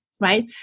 right